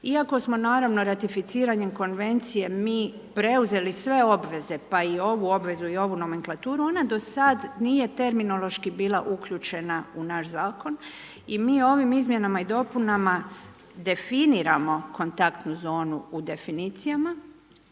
Iako samo naravno ratificiranjem konvencije, mi preuzeli sve obveze, pa i ovu obvezu, ovu nomenklaturu, ona do sada nije terminološki bila uključena u naš zakon i mi ovim izmjenama i dopunama definiramo kontaktnu zonu u definicijama